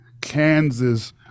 Kansas